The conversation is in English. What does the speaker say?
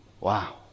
Wow